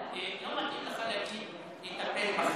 לא מתאים לך להגיד "נטפל בכם".